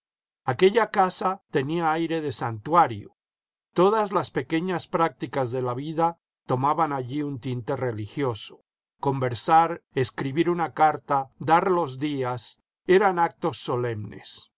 aquella casa tenía aire de santuario todas las pequeñas prácticas de la vida tomaban allí un tinte religioso conversar escribir una carta dar los días eran actos solemnes